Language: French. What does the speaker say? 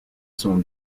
son